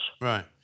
Right